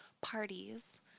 parties